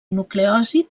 nucleòsid